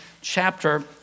chapter